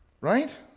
right